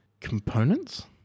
components